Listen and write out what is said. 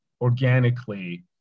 organically